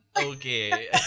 Okay